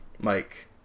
Mike